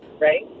Right